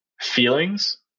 feelings